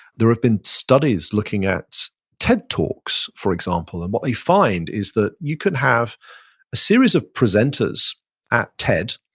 there have been studies looking at ted talks for example. and what they find is that you can have a series of presenters at ted